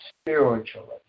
Spiritually